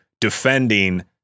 defending